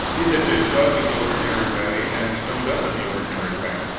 it had been dug in the ordinary way, and stoned up in the ordinary way.